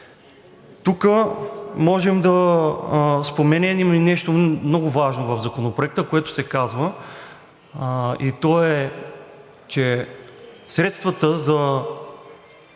Тук можем да споменем и нещо много важно в Законопроекта, което се каза, и то е, че средствата за